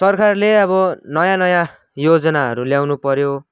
सरकारले अब नयाँ नयाँ योजनाहरू ल्याउनु पर्यो